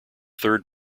third